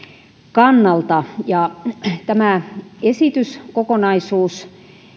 kannalta ja tämä esityskokonaisuus